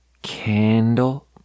candle